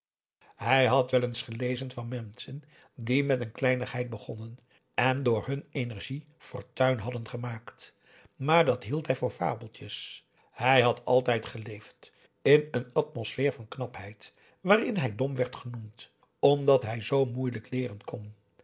hij had wel eens gelezen van menschen die met een kleinigheid begonnen en door hun energie fortuin hadden gemaakt maar dat hield hij voor fabeltjes hij had altijd geleefd in een atmosfeer van knapheid waarin hij dom werd genoemd omdat hij zoo moeilijk leeren kon